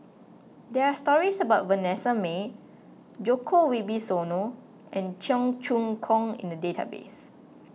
there are stories about Vanessa Mae Djoko Wibisono and Cheong Choong Kong in the database